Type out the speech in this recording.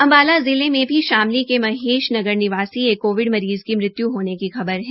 अम्बाला जिले में भी शामली के महेश नगर निवासी एक कोविड मरीज़ की मृत्यु होने की खबर है